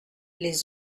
les